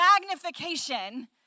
magnification